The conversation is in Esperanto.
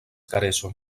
kareso